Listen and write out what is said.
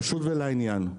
פשוט ולעניין.